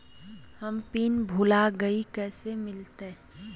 हम पिन भूला गई, कैसे मिलते?